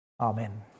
Amen